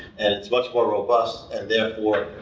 and it's much more robust and therefore,